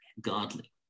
godly